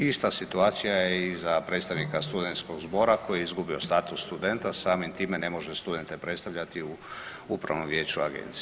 Ista situacija je i za predstavnika studentskog zbora koji je izgubio status studenta, samim time ne može studente predstavljati u upravnom vijeću agencije.